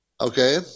Okay